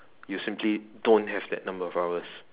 you simply don't have that number of hours